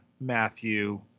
Matthew